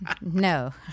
no